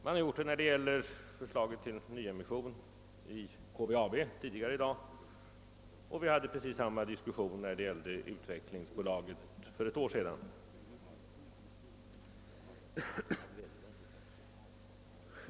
Man har gjort det när det gällde förslaget angående nyemission i KVAB tidigare i dag, och för ett år sedan fördes precis samma diskussion när det gällde Utvecklingsbolaget.